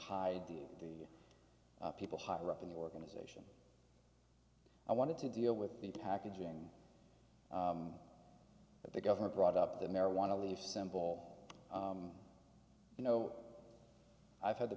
hide the people higher up in the organization i wanted to deal with the packaging that the government brought up the marijuana leaf simple you know i've had the